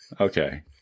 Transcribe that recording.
okay